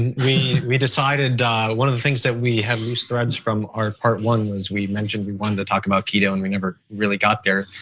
and we we decided one of the things that we have loose threads from our part one was we mentioned we wanted to talk about keto and we never really got there,